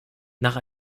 nach